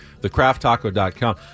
Thecrafttaco.com